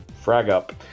frag-up